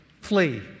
Flee